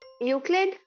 Euclid